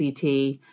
CT